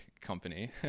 company